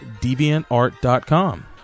deviantart.com